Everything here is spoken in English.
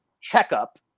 checkup